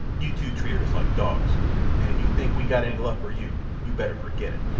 you two treated us like dogs, and if you think we got any love for you you better forget it.